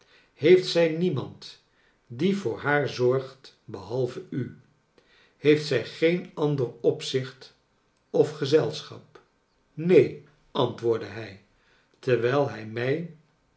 heeft zij niemand die voor haar zorgt behalve u heeft zij geen ander opzicht of gezelschap neen antwoordde hij terwijl hij mij